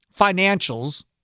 financials